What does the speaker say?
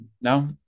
No